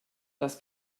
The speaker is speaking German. das